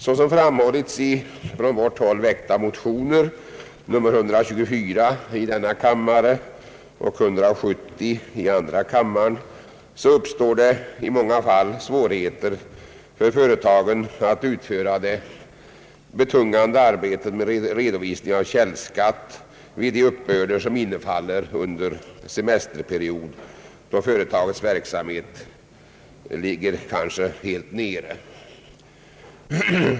Såsom framhållits i från vårt håll väckta motioner, I: 124 och II: 170, uppstår det i många fall svårigheter för företagen att utföra det betungande arbetet med redovisning av källskatt vid de uppbörder som infaller under semesterperiod, då företagets verksamhet kanske ligger helt nere.